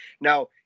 Now